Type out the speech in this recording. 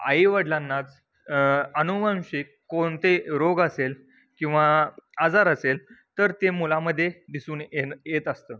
आई वडिलांनाच अनुवांशिक कोणते रोग असेल किंवा आजार असेल तर ते मुलामध्ये दिसून येणं येत असतं